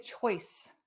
choice